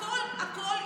הכול, הכול אישי.